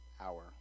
hour